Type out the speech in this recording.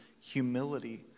humility